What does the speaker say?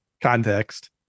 context